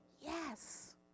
yes